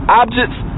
objects